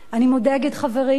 אני מודאגת, חברים,